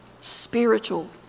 spiritual